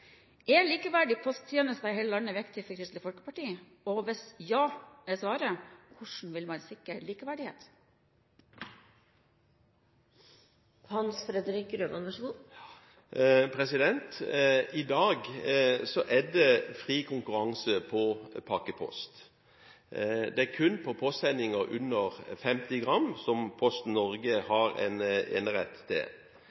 et likeverdig tilbud i hele landet ved å gjøre det, for det er kun rundt Oslo-gryta at man har et bedriftsøkonomisk marked. Så mitt spørsmål til Kristelig Folkeparti er: Er likeverdige posttjenester i hele landet viktig for Kristelig Folkeparti? Og hvis ja er svaret, hvordan vil man sikre likeverdighet? I dag er det fri konkurranse på pakkepost. Det